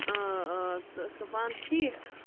آ آ ژٕ ٲسکھا پانہٕ ٹھیٖک